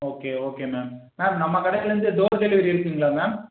okay okay ma'am ma'am நம்ம கடையில இருந்து டோர் டெலிவரி இருக்குங்களா மேம்